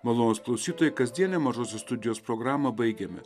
malonūs klausytojai kasdienę mažosios studijos programą baigiame